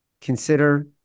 Consider